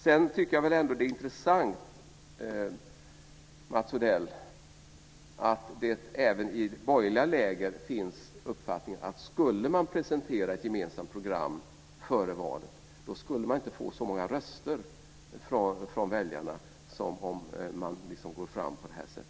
Sedan tycker jag att det är intressant, Mats Odell, att det även i borgerliga läger finns uppfattningen att om man skulle presentera ett gemensamt program före valet, skulle man inte få så många röster från väljarna som om man går fram på det här sättet.